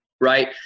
Right